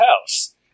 house